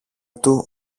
του